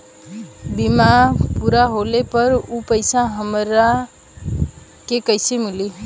बीमा पूरा होले पर उ पैसा हमरा के कईसे मिली?